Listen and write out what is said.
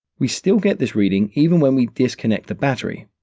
we still get this reading even when we disconnect the battery.